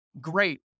great